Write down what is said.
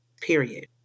Period